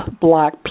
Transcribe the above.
black